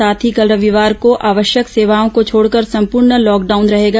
साथ ही कल रविवार को आवश्यक सेवाओं को छोड़कर संपूर्ण लॉकडाउन रहेगा